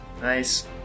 nice